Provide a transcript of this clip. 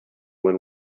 when